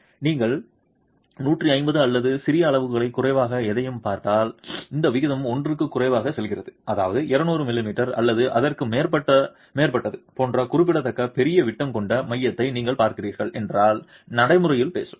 நீங்கள் 150 அல்லது சிறிய அளவுகளைக் குறைவாக எதையும் பார்த்தால் இந்த விகிதம் 1 க்கும் குறைவாக செல்கிறது அதாவது 200 மிமீ அல்லது அதற்கு மேற்பட்டது போன்ற குறிப்பிடத்தக்க பெரிய விட்டம் கொண்ட மையத்தை நீங்கள் பார்க்கிறீர்கள் என்றால் நடைமுறையில் பேசும்